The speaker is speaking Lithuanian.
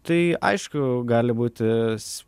tai aišku gali būti